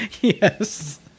yes